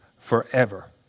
forever